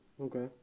Okay